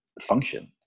function